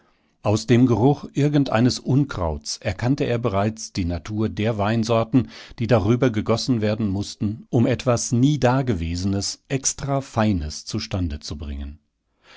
aus dem geruch irgendeines unkrauts erkannte er bereits die natur der weinsorten die darüber gegossen werden mußten um etwas nie dagewesenes extrafeines zustande zu bringen